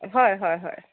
হয় হয় হয়